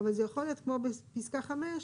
אבל זה יכול להיות כמו במפסקה 5,